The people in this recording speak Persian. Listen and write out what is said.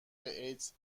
ایدز